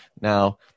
Now